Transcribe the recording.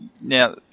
now